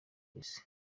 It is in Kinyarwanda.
polisi